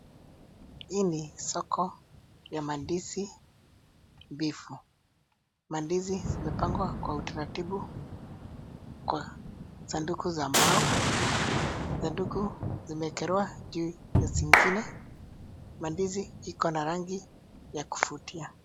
Hii ni soko ya mandizi mbifu, mandizi zimepangwa kwa utaratibu kwa sanduku za mbao, sanduku zimeekelewa juu ya zingine, mandizi ikona rangi ya kuvutia.